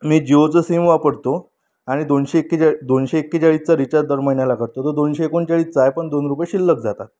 मी जिओचं सिम वापरतो आणि दोनशे एकेचाळ दोनशे एकेचाळीसचा रिचार्ज दर महिन्याला करतो तर तो दोनशे एकोणचाळीसचा आहे पण दोन रुपये शिल्लक जातात